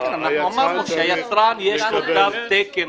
כן, אמרנו שמספיק שהיצרן יש לו תו תקן.